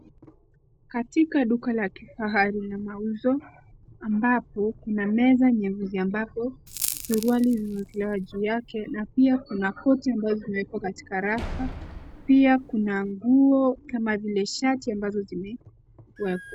Katika duka la kifahari la mauzo ambapo kuna meza nyeusi ambapo suruali zimewekelewa juu yake na pia kuna koti ambazo zimeekelewa katika rafa. Pia kuna nguo kama vile shati ambazo zimewekwa.